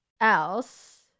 else